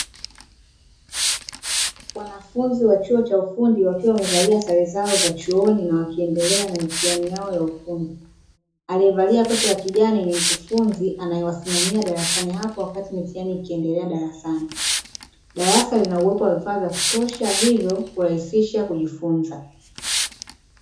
Wanafunzi wa chuo cha ufundi wakiwa wamevalia sare zao za chuoni na wakiendelea na mitihani yao ya ufundi. Aliyevalia koti la kijani ni mkufunzi anayewasimamia darasani hapo wakati mitihani ikiendelea darasani. Darasa linauwepo wa vifaa vya kutosha hivyo kurahisisha kujifunza.